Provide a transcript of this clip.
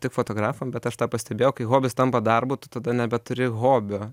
tik fotografam bet aš tą pastebėjau kai hobis tampa darbu tu tada nebeturi hobio